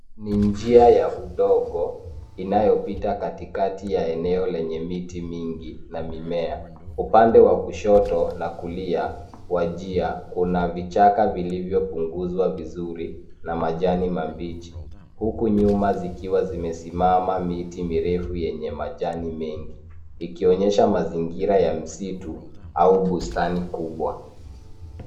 Ni njia ya udogo inayopita katikati ya eneo lenye miti mingi na mimea, upande wa kushoto na kulia wa njia kuna vichaka vilivyokuzwa vizuri na majani mabichi, huku nyuma ikiwa imesimama miti mirefu yenye majani mengi. Ikionyesha mazingira ya msitu au bustani kubwa.